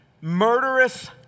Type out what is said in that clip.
murderous